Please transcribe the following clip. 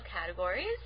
categories